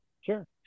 Sure